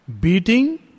beating